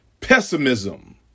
pessimism